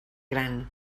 gran